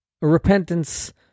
Repentance